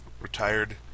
retired